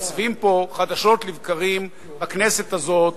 מתייצבים פה חדשות לבקרים בכנסת הזאת,